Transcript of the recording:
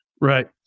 Right